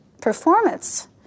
performance